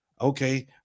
okay